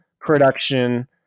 production